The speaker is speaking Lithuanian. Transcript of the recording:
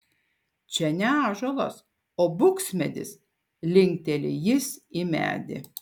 čia ne ąžuolas o buksmedis linkteli jis į medį